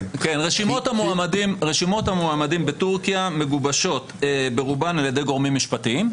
רשימות המועמדים בטורקיה מגובשות ברובן על ידי גורמים משפטיים,